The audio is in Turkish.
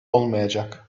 olmayacak